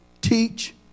teach